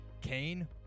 Kane